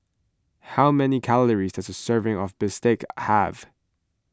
how many calories does a serving of Bistake have